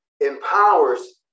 empowers